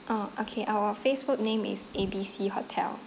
oh okay our facebook name is A B C hotel